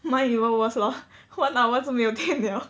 mine even worse lor one hour 就就没有点 liao